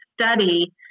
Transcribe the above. study